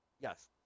Yes